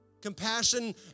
Compassion